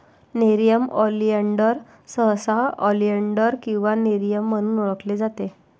nerium oleander सहसा oleander किंवा nerium म्हणून ओळखले जाते